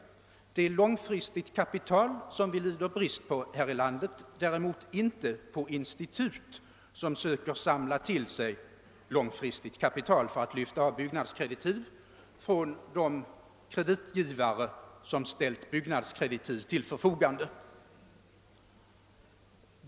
Det är långfristigt kapital som vi lider brist på här i landet, däremot inte på institut som söker samla till sig långfristigt kapital för att lyfta av byggnadskreditiv från de kreditgivare som har lämnat byggnadskreditiv.